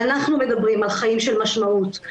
ואנחנו מדברים על חיים של משמעות.